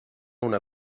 una